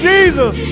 Jesus